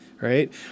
right